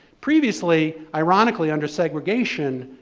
previously, ironically, under segregation,